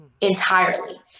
entirely